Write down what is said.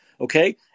Okay